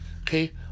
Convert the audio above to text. okay